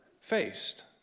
faced